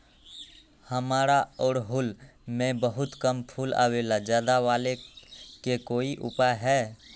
हमारा ओरहुल में बहुत कम फूल आवेला ज्यादा वाले के कोइ उपाय हैं?